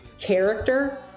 character